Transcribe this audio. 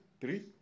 Three